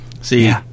See